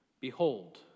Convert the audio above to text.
Behold